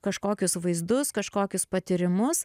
kažkokius vaizdus kažkokius patyrimus